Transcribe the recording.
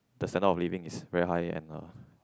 the standard of living is very high and uh